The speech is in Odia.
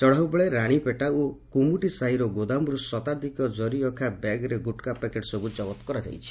ଚଢ଼ାଉ ବେଳେ ରାଶୀପେଟା ଓ କୁମୁଟିସାହିର ଗୋଦାମରୁ ଶତାଧିକ ଜରିଅଖା ବ୍ୟାଗ୍ରେ ଗୁଟକା ପେକେଟ୍ ସବୁ ଜବତ କରାଯାଇଛି